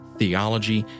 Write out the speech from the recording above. theology